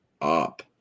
up